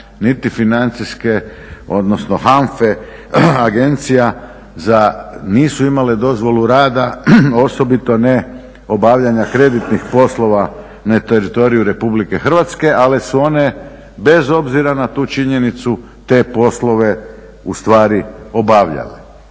niti Financijske, odnosno HANFA-e agencija, nisu imale dozvolu rada, osobito ne obavljanja kreditnih poslova na teritoriju Republike Hrvatske. Ali su one bez obzira na tu činjenicu te poslove ustvari obavljale.